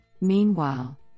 Meanwhile